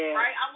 right